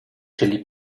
czyli